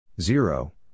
Zero